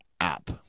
app